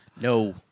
No